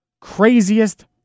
craziest